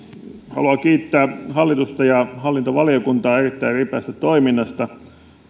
haluan kiittää hallitusta ja hallintovaliokuntaa erittäin ripeästä toiminnasta